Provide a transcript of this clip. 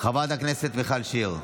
חברת הכנסת מיכל שיר.